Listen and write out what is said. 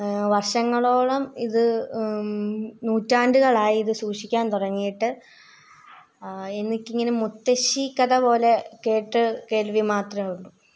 വർഷങ്ങളോളം ഇത് നൂറ്റാണ്ടുകളായി ഇത് സൂക്ഷിക്കാൻ തുടങ്ങിട്ട് എനിക്ക് ഇങ്ങനെ മുത്തശ്ശിക്കഥ പോലെ കേട്ടു കേൾവി മാത്രമേ ഉള്ളു